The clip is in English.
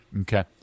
Okay